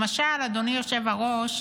למשל, אדוני היושב-ראש,